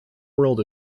world